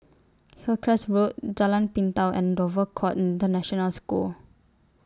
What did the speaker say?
Hillcrest Road Jalan Pintau and Dover Court International School